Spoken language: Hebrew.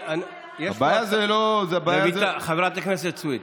הבעיה זה, חברת הכנסת סויד,